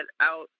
out